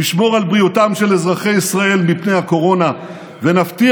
נשמור על בריאותם של אזרחי ישראל מפני הקורונה ונבטיח